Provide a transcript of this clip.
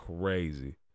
crazy